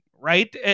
Right